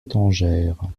étrangère